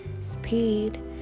speed